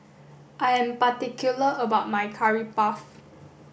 I am particular about my curry puff